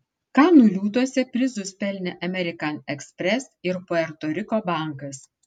kanų liūtuose prizus pelnė amerikan ekspres ir puerto riko bankas